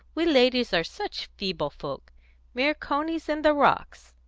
we ladies are such feeble folk mere conies in the rocks.